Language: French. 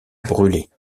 bruley